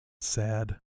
Sad